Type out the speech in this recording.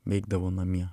veikdavau namie